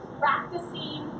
practicing